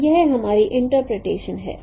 तो यह हमारी इंटरप्रिटेशन है